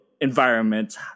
environments